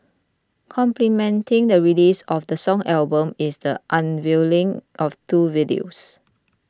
complementing the release of the song album is the unveiling of two videos